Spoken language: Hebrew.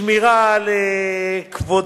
שמירה על כבודם.